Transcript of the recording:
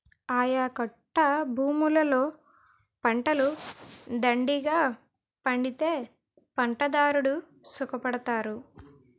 ఆయకట్టభూములలో పంటలు దండిగా పండితే పంటదారుడు సుఖపడతారు